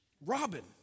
Robin